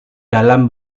dalam